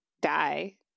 die